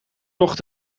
toch